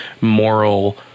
moral